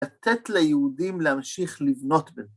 ‫לתת ליהודים להמשיך לבנות ב...